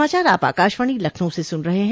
यह समाचार आप आकाशवाणी लखनऊ से सुन रहे हैं